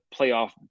playoff